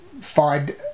find